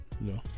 No